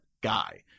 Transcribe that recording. guy